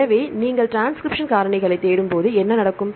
எனவே நீங்கள் டிரான்ஸ்கிரிப்ஷன் காரணிகளைத் தேடும்போது என்ன நடக்கும்